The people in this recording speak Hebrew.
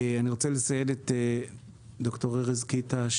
אני רוצה לציין את ד"ר ארז קיטה,